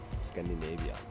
Scandinavia